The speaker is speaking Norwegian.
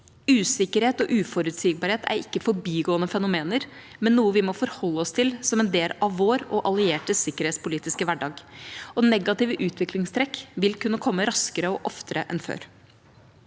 Usikkerhet og uforutsigbarhet er ikke forbigående fenomener, men noe vi må forholde oss til som en del av vår og alliertes sikkerhetspolitiske hverdag. Negative utviklingstrekk vil kunne komme raskere og oftere enn før.